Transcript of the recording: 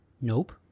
Nope